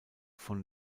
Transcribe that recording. von